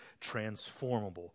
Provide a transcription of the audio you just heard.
transformable